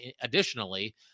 Additionally